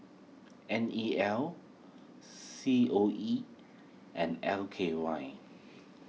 N E L C O E and L K Y